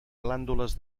glàndules